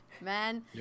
man